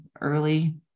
early